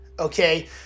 okay